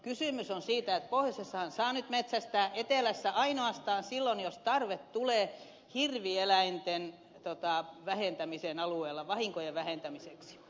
kysymys on siitä että pohjoisessahan saa nyt metsästää etelässä ainoastaan silloin jos tulee tarve hirvieläinten vähentämiseen alueella vahinkojen vähentämiseksi